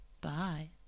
Bye